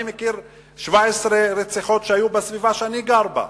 אני מכיר 17 רציחות שהיו בסביבה שאני גר בה,